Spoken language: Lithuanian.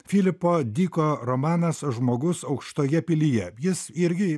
filipo diko romanas žmogus aukštoje pilyje jis irgi